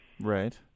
Right